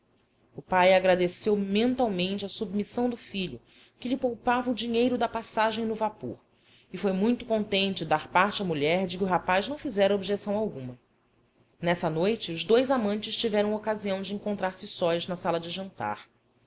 o pai agradeceu mentalmente a submissão do filho que lhe poupava o dinheiro da passagem no vapor e foi muito contente dar parte à mulher de que o rapaz não fizera objeção alguma nessa noite os dois amantes tiveram ocasião de encontrar-se sós na sala de jantar